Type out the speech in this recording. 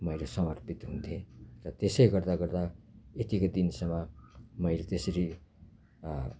मैले समर्पित हुन्थेँ र त्यसै गर्दागर्दा यतिको दिनसम्म मैले त्यसरी